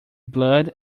blood